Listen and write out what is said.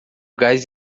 gás